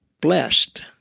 blessed